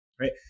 Right